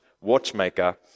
watchmaker